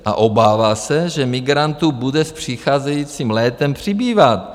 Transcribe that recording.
A obává se, že migrantů bude s přicházejícím létem přibývat.